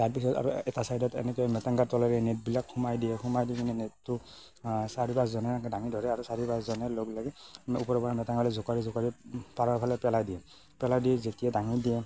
তাৰ পিছত আৰু এটা চাইডত এনেকৈ মেতেংগাৰ তলেৰে নেটবিলাক সোমাই দিয়ে সোমাই দি মানে নেটটো চাৰি পাঁচজনে এনেকৈ দাঙি ধৰে আৰু চাৰি পাঁচজনে লগলাগি ওপৰৰ পৰা মেতেংগাবিলাক জোকাৰি জোকাৰি পাৰৰ ফালে পেলাই দিয়ে পেলাই দি যেতিয়া দাঙি দিয়ে